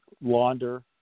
launder